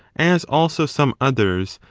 as also some others,